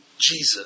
Jesus